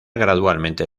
gradualmente